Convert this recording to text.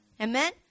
Amen